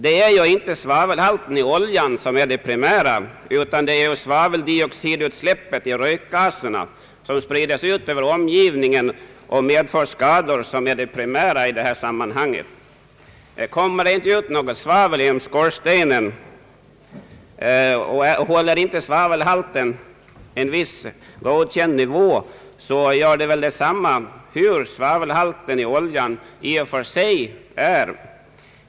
Det är ju inte svavelhalten i oljan som är det primära, utan det är svaveldioxidutsläppet i rökgaserna som sprides ut över omgivningen och medför skador som är det primära i detta sammanhang. Kommer det inte med något svavel ut genom skorstenen eller håller sig svavelhalten under en viss godkänd nivå, gör det väl detsamma hur svavelhaltig oljan i och för sig är.